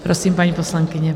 Prosím, paní poslankyně.